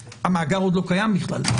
המאגר עוד לא קיים בכלל.